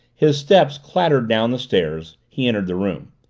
his steps clattered down the stairs he entered the room.